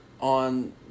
on